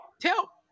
Tell